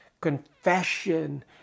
Confession